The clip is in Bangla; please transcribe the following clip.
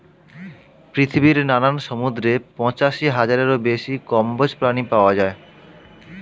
পৃথিবীর নানান সমুদ্রে পঁচাশি হাজারেরও বেশি কম্বোজ প্রাণী পাওয়া যায়